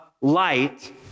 light